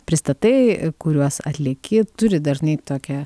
pristatai kuriuos atlieki turi dažnai tokią